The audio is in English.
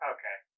Okay